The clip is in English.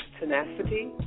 Tenacity